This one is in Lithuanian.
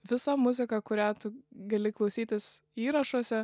visą muziką kurią tu gali klausytis įrašuose